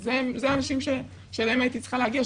זה אנשים שאליהם הייתי צריכה להגיע,